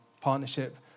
partnership